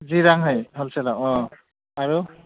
जि राङै हलसेलाव अ आरु